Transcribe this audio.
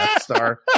star